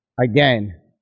again